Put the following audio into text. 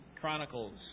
Chronicles